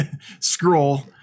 scroll